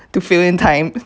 to fill in time